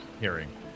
hearing